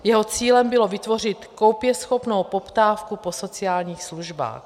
Jeho cílem bylo vytvořit koupěschopnou poptávku po sociálních službách.